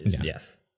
Yes